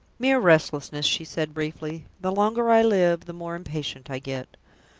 mere restlessness! she said, briefly. the longer i live, the more impatient i get.